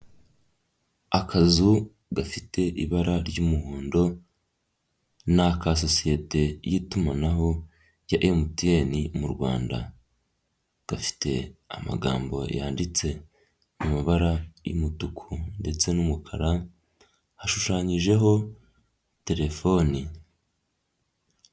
Akazu gafite ibara ry'umuhondo. niaka sosiyete y'itumanaho rya MTN mu Rwanda, gafite amagambo yanditse mu mabara y'umutuku ndetse n'umukara, hashushanyijeho telefoni.